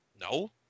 No